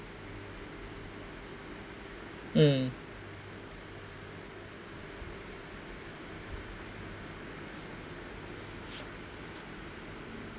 mm